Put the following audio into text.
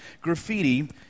graffiti